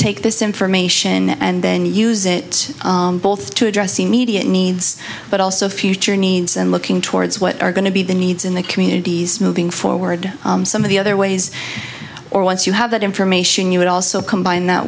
take this information and then use it both to address immediate needs but also future needs and looking towards what are going to be the needs in the communities moving forward some of the other ways or once you have that information you would also combine that